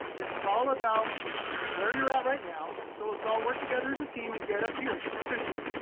this is all about just where you're at right now. so let's all work together as a team and get up here to proficient.